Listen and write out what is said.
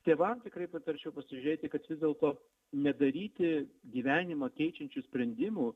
tėvam tikrai patarčiau pasižiūrėti kad vis dėlto nedaryti gyvenimą keičiančių sprendimų